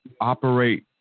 operate